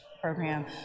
program